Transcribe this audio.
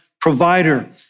provider